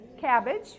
Cabbage